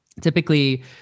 typically